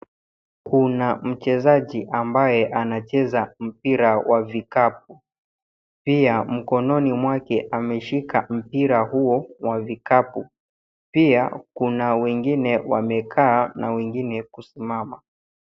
Kuna mchezaji ambaye anacheza mpira wa vikapu. Pia mkononi mwake ameshika mpira huo wa vikapu. Pia kuna wengine wamekaa na wengine kusimama.